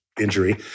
injury